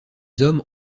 hommes